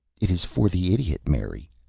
it is for the idiot, mary,